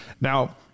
Now